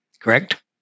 Correct